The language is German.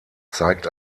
zeigt